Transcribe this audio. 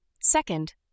Second